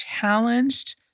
challenged